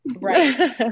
Right